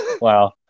Wow